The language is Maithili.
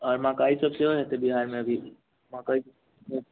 आओर मकै सब सेहो हेतै बिहारमे अभी मकै